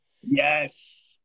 Yes